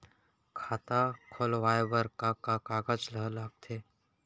खाता खोलवाये बर का का कागज ल लगथे?